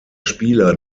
spieler